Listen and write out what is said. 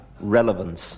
Relevance